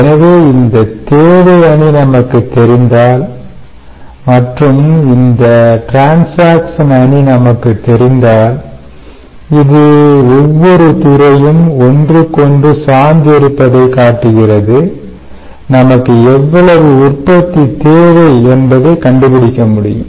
எனவே இந்தத் தேவை அணி நமக்கு தெரிந்தால் மற்றும் இந்த டிரன்சாக்சன் அணி நமக்கு தெரிந்தால் இது ஒவ்வொரு துறையும் ஒன்றுக்கொன்று சார்ந்து இருப்பதை காட்டுகிறது நமக்கு எவ்வளவு உற்பத்தி தேவை என்பதை கண்டுபிடிக்க முடியும்